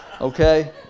okay